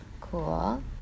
cool